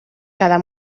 cada